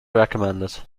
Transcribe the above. recommended